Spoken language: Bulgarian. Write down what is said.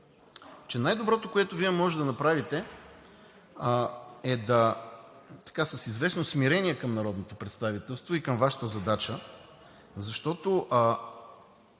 че най-доброто, което Вие можете да направите, е с известно смирение към народното представителство и към Вашата задача, защото,